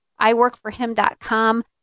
iworkforhim.com